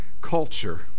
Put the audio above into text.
culture